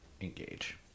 engage